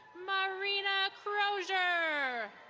marina chroser.